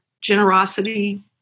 generosity